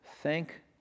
Thank